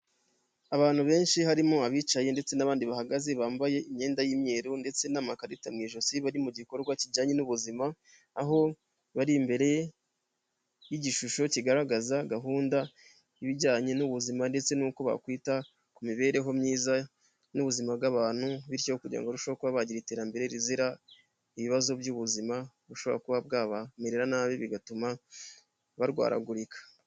Abantu benshi harimo abicaye ndetse n'abandi bahagaze bambaye imyenda y'imyeru ndetse n'amakarita mu ijosi bari mu gikorwa kijyanye n'ubuzima, aho bari imbere y'igishusho kigaragaza gahunda y'ibijyanye n'ubuzima ndetse n'uko bakwita ku mibereho myiza n'ubuzima bw'abantu. bityo kugira ngo barusheho kubabagira iterambere rizira ibibazo by'ubuzima, bushobora kuba bwabamerera nabi bigatuma barwaragurika.